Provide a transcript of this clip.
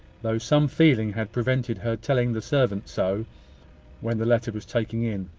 though some feeling had prevented her telling the servant so when the letter was taken in.